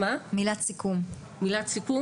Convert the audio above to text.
מילת סיכום,